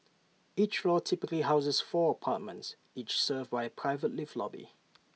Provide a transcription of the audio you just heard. each floor typically houses four apartments each served by A private lift lobby